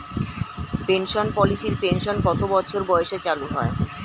Pension পলিসির pension কত বছর বয়সে চালু হয়?